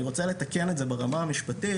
אני רוצה לתקן את זה ברמה המשפטית.